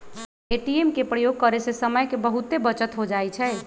ATM के प्रयोग करे से समय के बहुते बचत हो जाइ छइ